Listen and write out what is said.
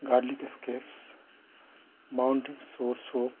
garlic scapes mountain soursop